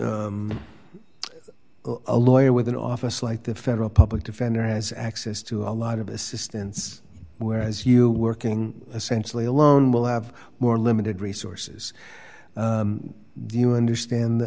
t a lawyer with an office like the federal public defender has access to a lot of assistance whereas you working essentially alone will have more limited resources do you